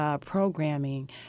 Programming